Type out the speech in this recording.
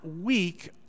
week